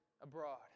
abroad